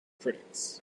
critics